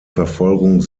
verfolgung